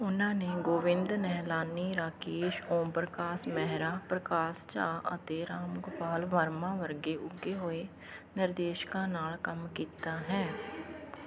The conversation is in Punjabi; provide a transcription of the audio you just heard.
ਉਨ੍ਹਾਂ ਨੇ ਗੋਵਿੰਦ ਨਿਹਲਾਨੀ ਰਾਕੇਸ਼ ਓਮਪ੍ਰਕਾਸ਼ ਮਹਿਰਾ ਪ੍ਰਕਾਸ਼ ਝਾਅ ਅਤੇ ਰਾਮ ਗੋਪਾਲ ਵਰਮਾ ਵਰਗੇ ਉੱਘੇ ਹੋਏ ਨਿਰਦੇਸ਼ਕਾਂ ਨਾਲ ਕੰਮ ਕੀਤਾ ਹੈ